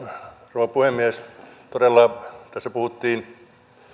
todella tässä puhuttiin